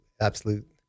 absolute